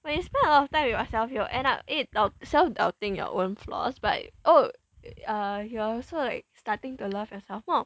when you spend a lot of time with yourself you will end up eh self doubting your own flaws but oh uh you're also like starting to love yourself more